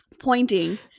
pointing